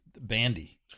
Bandy